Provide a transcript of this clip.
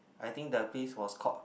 I think the place was called